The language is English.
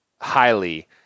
highly